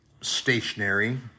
stationary